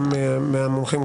גם מהמומחים,